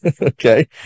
okay